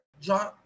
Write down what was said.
John